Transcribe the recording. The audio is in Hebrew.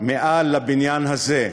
מעל לבניין הזה.